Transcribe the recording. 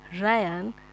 Ryan